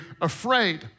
afraid